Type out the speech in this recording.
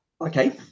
Okay